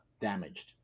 damaged